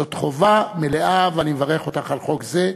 זאת חובה מלאה, ואני מברך אותך על חוק זה.